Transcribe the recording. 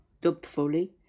doubtfully